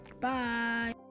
Bye